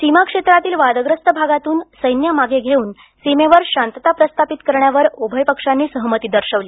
सीमा क्षेत्रातील वादग्रस्त भागातून सैन्य मागे घेऊन सीमेवर शांतता प्रस्थापित करण्यावर उभय पक्षांनी सहमती दर्शवली